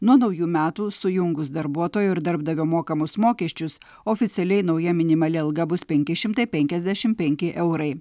nuo naujų metų sujungus darbuotojo ir darbdavio mokamus mokesčius oficialiai nauja minimali alga bus penki šimtai penkiasdešim penki eurai